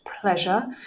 pleasure